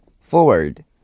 forward